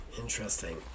Interesting